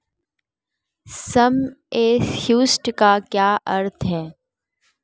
सम assured का क्या अर्थ है?